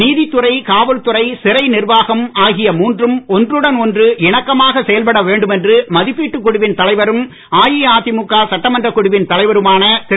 நீதித்துறை காவல்துறை சிறை நிர்வாகம் ஆகிய மூன்றும் ஒன்றுடன் ஒன்று இணக்கமாக செயல்பட வேண்டும் என்று மதிப்பீட்டுக் தழுவின் தலைவரும் அஇஅதிமுக சட்டமன்றக் குழுவின் தலைவருமான திரு